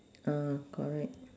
uh correct